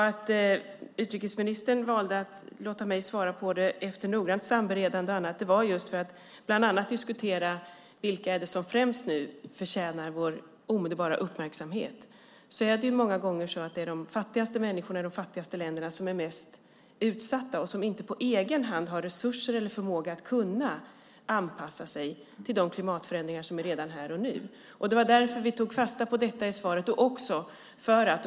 Att utrikesministern valde att låta mig svara, efter noggrant samberedande och annat, var just för att diskutera bland annat vilka det är som främst förtjänar vår omedelbara uppmärksamhet. Många gånger är det de fattigaste människorna i de fattigaste länderna som är mest utsatta och som inte på egen hand har resurser eller förmåga att anpassa sig till de klimatförändringar som är här redan nu. Det var därför vi tog fasta på detta i svaret.